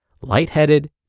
lightheaded